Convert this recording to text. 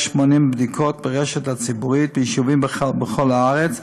בדיקות ברשת הציבורית ביישובים בכל הארץ,